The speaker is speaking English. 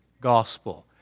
gospel